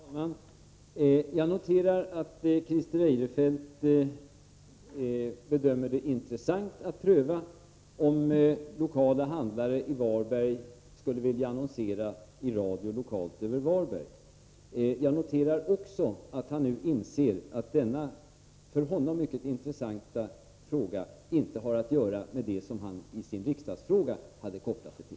Herr talman! Jag noterar att Christer Eirefelt bedömer det intressant att pröva om lokala handlare i Varberg skulle vilja annonsera i radio lokalt över Varberg. Jag noterar också att Christer Eirefelt nu inser att denna för honom mycket intressanta fråga inte har att göra med vad han i sin riksdagsfråga hade kopplat det till.